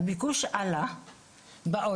הביקוש עלה בעולם,